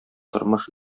тормыш